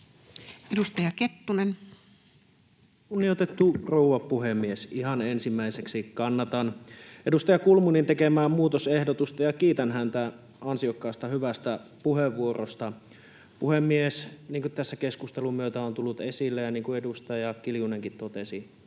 16:30 Content: Kunnioitettu rouva puhemies! Ihan ensimmäiseksi kannatan edustaja Kulmunin tekemää muutosehdotusta ja kiitän häntä ansiokkaasta ja hyvästä puheenvuorosta. Puhemies! Niin kuin tässä keskustelun myötä on tullut esille ja niin kuin edustaja Kiljunenkin totesi,